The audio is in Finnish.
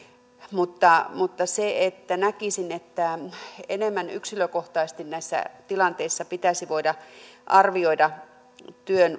mutta mutta näkisin että enemmän yksilökohtaisesti näissä tilanteissa pitäisi voida arvioida työn